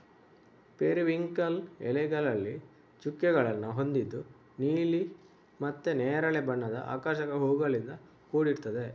periwinkle ಎಲೆಗಳಲ್ಲಿ ಚುಕ್ಕೆಗಳನ್ನ ಹೊಂದಿದ್ದು ನೀಲಿ ಮತ್ತೆ ನೇರಳೆ ಬಣ್ಣದ ಆಕರ್ಷಕ ಹೂವುಗಳಿಂದ ಕೂಡಿರ್ತದೆ